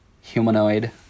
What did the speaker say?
humanoid